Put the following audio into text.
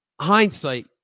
hindsight